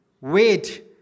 wait